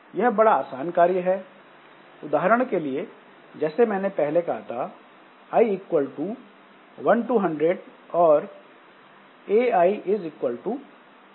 यह बड़ा आसान कार्य है उदाहरण के लिए जैसे मैंने पहले कहा था i इक्वल टू 1 टू 100 और A I is equal to A I plus 5 ai ai5